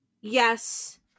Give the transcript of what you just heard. yes